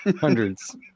Hundreds